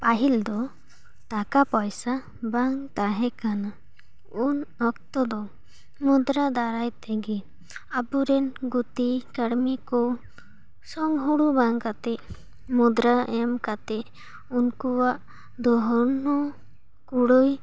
ᱯᱟᱹᱦᱤᱞ ᱫᱚ ᱴᱟᱠᱟ ᱯᱚᱭᱥᱟ ᱵᱟᱝ ᱛᱟᱦᱮᱸ ᱠᱟᱱᱟ ᱩᱱ ᱚᱠᱛᱚ ᱫᱚ ᱢᱩᱫᱽᱨᱟ ᱫᱟᱨᱟᱡᱽ ᱛᱮᱜᱮ ᱟᱵᱚᱨᱮᱱ ᱜᱩᱛᱤ ᱠᱟᱹᱲᱢᱤ ᱠᱚ ᱥᱚᱝ ᱦᱩᱲᱩ ᱵᱟᱝ ᱠᱟᱛᱮ ᱢᱩᱫᱽᱫᱨᱟ ᱮᱢ ᱠᱟᱛᱮ ᱩᱱᱠᱩᱣᱟᱜ ᱫᱷᱚᱱ ᱦᱚᱸ ᱠᱩᱲᱟᱹᱭ